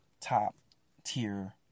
top-tier